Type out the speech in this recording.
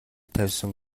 тавьсан